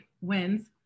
wins